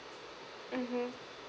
mmhmm